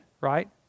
right